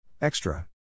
Extra